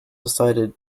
decided